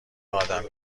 آدم